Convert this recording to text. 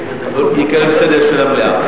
פשוטה.